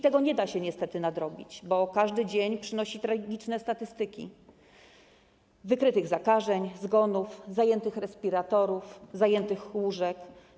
Tego nie da się niestety nadrobić, bo każdy dzień przynosi tragiczne statystyki wykrytych zakażeń, zgonów, zajętych respiratorów, zajętych łóżek.